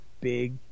big